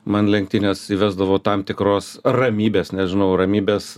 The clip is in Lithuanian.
man lenktynės įvesdavo tam tikros ramybės nežinau ramybės